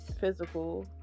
Physical